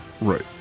Right